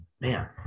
man